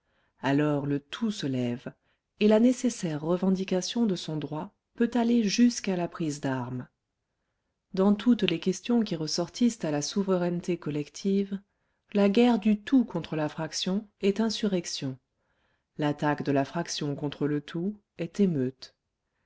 alors le tout se lève et la nécessaire revendication de son droit peut aller jusqu'à la prise d'armes dans toutes les questions qui ressortissent à la souveraineté collective la guerre du tout contre la fraction est insurrection l'attaque de la fraction contre le tout est émeute